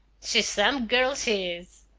she's some girl, she is!